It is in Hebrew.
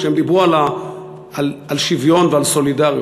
כשהם דיברו על שוויון ועל סולידריות?